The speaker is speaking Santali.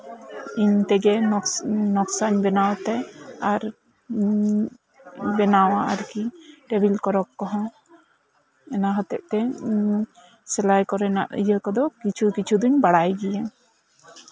ᱚᱱᱟ ᱦᱚᱸ ᱤᱧ ᱛᱮᱜᱮ ᱱᱚᱠᱥᱟᱧ ᱵᱮᱱᱟᱣᱛᱮ ᱟᱨ ᱵᱮᱱᱟᱣᱟ ᱟᱨᱠᱤ ᱴᱮᱵᱤᱞ ᱠᱞᱚᱠ ᱠᱚᱦᱚᱸ ᱚᱱᱟ ᱦᱚᱛᱮᱜᱛᱮ ᱥᱤᱞᱟᱭ ᱠᱚᱨᱮᱱᱟᱜ ᱤᱭᱟᱹ ᱠᱚᱫᱚ ᱠᱤᱪᱷᱩ ᱠᱤᱪᱷᱩ ᱫᱚᱧ ᱵᱟᱲᱟᱭ ᱜᱮᱭᱟ